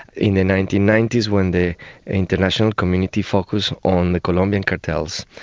in the nineteen ninety s when the international community focused on the colombian cartels,